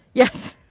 yes.